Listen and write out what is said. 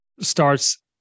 starts